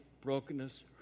brokenness